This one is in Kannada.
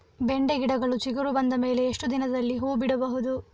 ಬೆಂಡೆ ಗಿಡಗಳು ಚಿಗುರು ಬಂದ ಮೇಲೆ ಎಷ್ಟು ದಿನದಲ್ಲಿ ಹೂ ಬಿಡಬಹುದು?